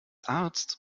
arzt